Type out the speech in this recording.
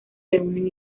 reúnen